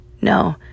No